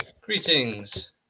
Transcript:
Greetings